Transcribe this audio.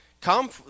come